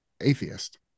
atheist